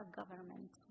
government